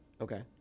Okay